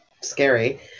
scary